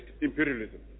imperialism